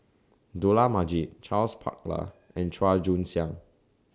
Dollah Majid Charles Paglar and Chua Joon Siang